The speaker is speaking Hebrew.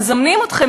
מזמנים אתכם,